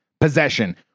possession